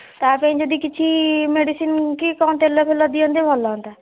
ତା'ପାଇଁ ଯଦି କିଛି ମେଡ଼ିସିନ୍ କି କ'ଣ ତେଲଫେଲ ଦିଅନ୍ତେ ଭଲ ହୁଅନ୍ତା